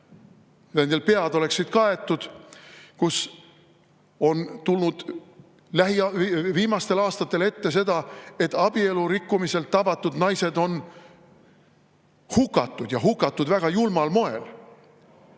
nende pead oleksid kaetud, kus on tulnud viimastel aastatel ette seda, et abielu rikkumiselt tabatud naised on hukatud ja hukatud väga julmal moel.